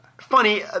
funny